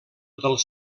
dels